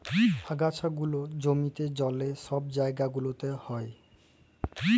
আগাছা গুলা জমিতে, জলে, ছব জাইগা গুলাতে হ্যয়